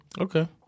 okay